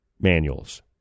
manuals